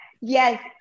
Yes